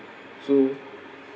so